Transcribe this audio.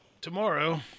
tomorrow